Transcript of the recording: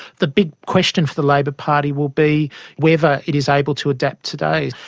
the big question for the labor party will be whether it is able to adapt today.